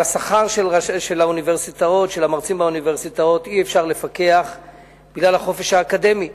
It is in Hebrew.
השכר של המרצים באוניברסיטאות אי-אפשר לפקח בגלל החופש האקדמי,